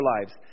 lives